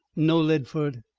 no, leadford,